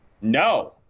No